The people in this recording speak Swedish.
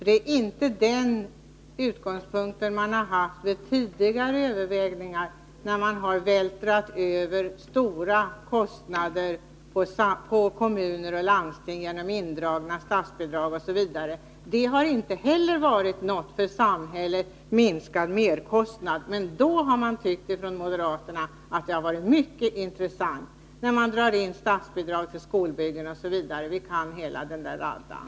Det är inte den utgångspunkten man från moderat håll har haft 8 Riksdagens protokoll 1981/82:127-131 vid tidigare överväganden, när man vältrat över stora kostnader på kommuner och landsting genom indragna statsbidrag osv. Det har inte varit några för samhället totalt sett minskade kostnader, men då har moderaterna tyckt att det har varit mycket intressant att t.ex. dra in statsbidrag till skolbyggnader m.m. Vi känner till hela den där raddan.